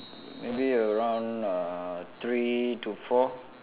maybe around uh three to four